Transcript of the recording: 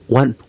one